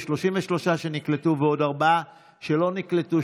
יש 33 שנקלטו ועוד ארבעה שלא נקלטו,